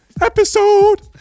episode